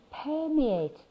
permeate